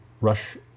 rush